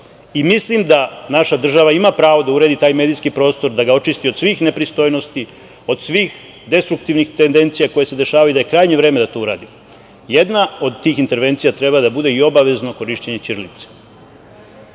i mislim da naša država ima pravo da uredi taj medijski prostor, da ga očisti od svih nepristojnosti, od svih destruktivnih tendencija koje se dešavaju i da je krajnje vreme da to uradi. Jedna od tih intervencija treba da bude i obavezno korišćenje ćirilice. Kada